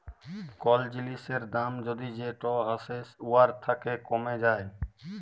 call জিলিসের দাম যদি যেট আসে উয়ার থ্যাকে কমে যায়